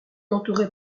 entouré